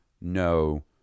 no